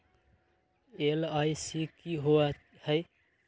LIC की होअ हई?